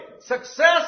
Success